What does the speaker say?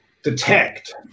detect